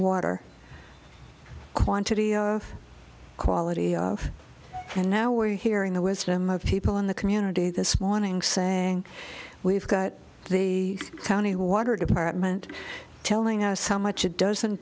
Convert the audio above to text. water quantity quality and now we're hearing the wisdom of people in the community this morning saying we've got the county water department telling us how much it doesn't